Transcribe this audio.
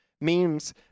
memes